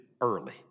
early